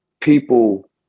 people